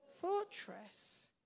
fortress